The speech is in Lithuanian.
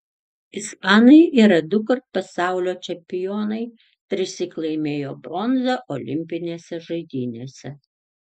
ispanai yra dukart pasaulio čempionai trissyk laimėjo bronzą olimpinėse žaidynėse